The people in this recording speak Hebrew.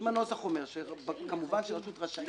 אם הנוסח אומר שרשות רשאית